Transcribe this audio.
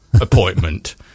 appointment